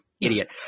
Idiot